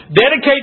dedicate